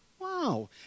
Wow